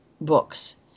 books